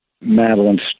Madeline's